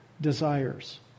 desires